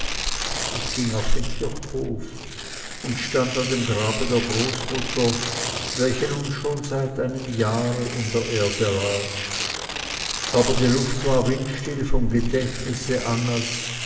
ich ging auf den kirchhof und stand an dem grabe der großmutter welche nun schon seit einem jahre in der erde lag aber die luft war windstill vom gedächtnisse annas